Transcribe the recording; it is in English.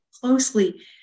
closely